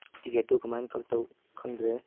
ꯇꯤꯀꯦꯠꯇꯣ ꯀꯃꯥꯏꯅ ꯀꯛꯇꯧ ꯈꯪꯗ꯭ꯔꯦ